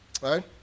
Right